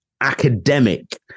academic